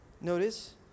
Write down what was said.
Notice